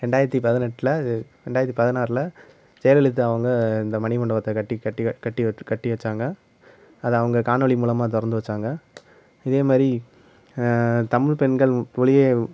ரெண்டாயிரத்தி பதினெட்டில இது ரெண்டாயிரத்தி பதினாறில் ஜெயலலிதா அவங்க இந்த மணிமண்டபத்தை கட்டி கட்டி கட்டி உட் கட்டி வச்சாங்க அது அவங்க காணொளி மூலமாக திறந்து வச்சாங்க இதேமாதிரி தமிழ் பெண்கள் புலியை